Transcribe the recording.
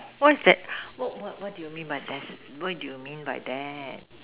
what is that what what do you mean by that what do you mean by that